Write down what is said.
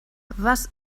was